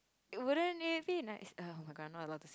wouldn't it be nice oh-my-god I'm not allowed to say